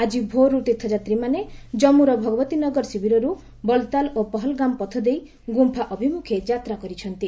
ଆଜି ଭୋର୍ରୁ ତୀର୍ଥଯାତ୍ରୀମାନେ ଜାମ୍ମର ଭଗବତୀ ନଗର ଶିବିରରୁ ବଲତାଲ ଓ ପହଲଗାମ ପଥ ଦେଇ ଗୁମ୍ଫା ଅଭିମୁଖେ ଯାତ୍ରା କରିଛନ୍ତି